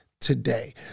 today